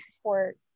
support